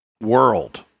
world